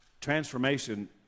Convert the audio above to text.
Transformation